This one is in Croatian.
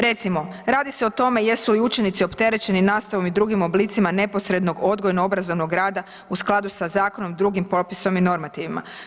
Recimo radi se o tome jesu li učenici opterećeni nastavom i drugim oblicima neposrednog odgojno-obrazovnog rada u skladu sa zakonom i drugim propisom i normativima?